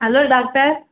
hello doctor